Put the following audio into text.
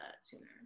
sooner